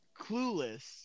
clueless